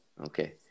Okay